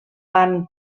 van